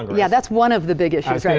yeah, that's one of the big issues